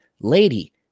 lady